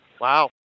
Wow